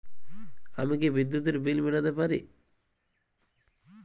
আমি কি বিদ্যুতের বিল মেটাতে পারি?